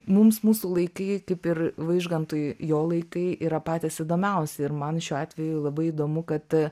mums mūsų laikai kaip ir vaižgantui jo laikai yra patys įdomiausi ir man šiuo atveju labai įdomu kad